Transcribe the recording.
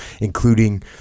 including